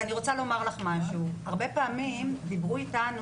הרבה פעמים דיברו איתנו,